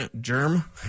germ